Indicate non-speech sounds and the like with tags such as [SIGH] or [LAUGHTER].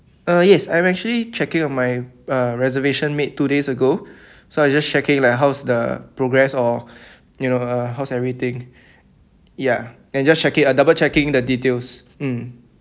uh yes I'm actually checking on my uh reservation made two days ago [BREATH] so I just checking like how's the progress or [BREATH] you know uh how's everything ya and just checking uh double checking the details mm